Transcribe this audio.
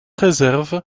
réserve